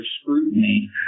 scrutiny